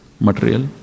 material